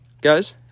guys